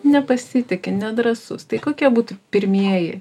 nepasitiki nedrąsus tai kokie būtų pirmieji